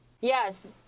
Yes